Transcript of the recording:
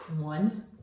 one